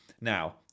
Now